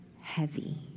heavy